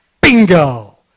Bingo